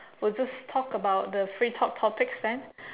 we just talk about the free talk topics then